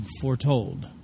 foretold